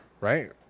Right